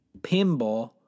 pinball